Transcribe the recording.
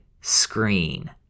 screen